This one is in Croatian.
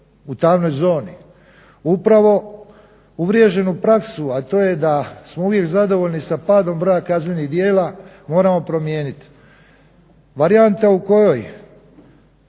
u tamnoj zoni upravo uvriježenu praksu a to je da smo uvijek zadovoljni sa padom broja kaznenih djela moramo promijeniti. Varijanta u kojoj